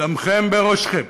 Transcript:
דמכם בראשכם.